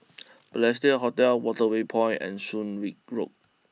Balestier Hotel Waterway Point and Soon Wing Road